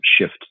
shift